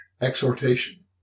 Exhortation